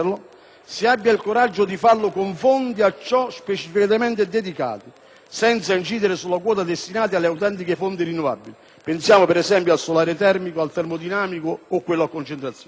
si abbia il coraggio di farlo con fondi a ciò specificamente dedicati, senza incidere sulla quota destinata alle autentiche fonti rinnovabili (pensiamo al solare termodinamico o a concentrazione).